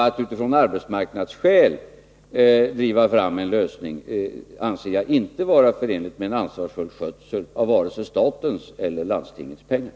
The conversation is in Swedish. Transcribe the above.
Att utifrån arbetsmarknadsskäl driva fram en lösning anser jag inte vara förenligt med en ansvarsfull skötsel av vare sig statens eller landstingens pengar.